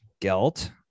Gelt